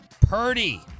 Purdy